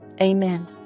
amen